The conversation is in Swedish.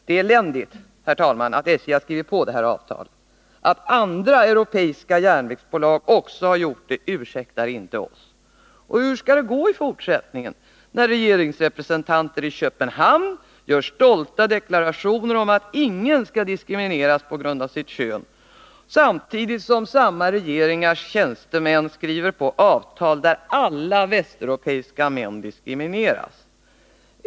Det är eländigt, herr talman, att SJ har skrivit på det här avtalet. Att andra europeiska järnvägsbolag också har gjort det ursäktar inte oss. Och hur skall det gå i fortsättningen, när regeringsrepresentanter i Köpenhamn gör stolta deklarationer om att ingen skall diskrimineras på grund av sitt kön samtidigt som samma regeringars tjänstemän skriver på avtal där alla västeuropeiska män diskrimineras?